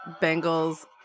bengal's